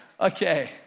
Okay